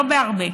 לא בהרבה,